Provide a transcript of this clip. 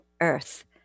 earth